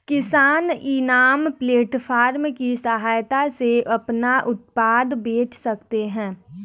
किसान इनाम प्लेटफार्म की सहायता से अपना उत्पाद बेच सकते है